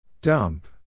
Dump